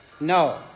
No